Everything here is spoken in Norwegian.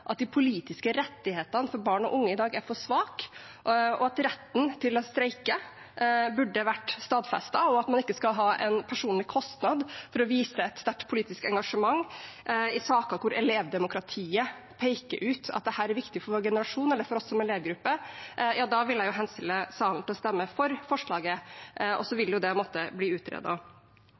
for svake, at retten til å streike burde vært stadfestet, og at man ikke skal ha en personlig kostnad for å vise et sterkt politisk engasjement i saker der elevdemokratiet peker ut at dette er viktig for vår generasjon eller for oss som elevgruppe – vil jeg henstille til salen å stemme for forslaget, og så vil det måtte bli